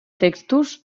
textos